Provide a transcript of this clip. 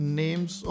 names